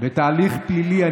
בהליך פלילי.